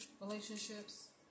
relationships